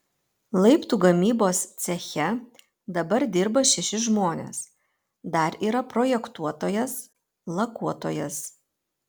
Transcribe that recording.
laiptų gamybos ceche dabar dirba šeši žmonės dar yra projektuotojas lakuotojas